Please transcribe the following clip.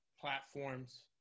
platforms